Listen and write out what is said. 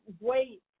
wait